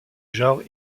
genre